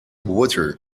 water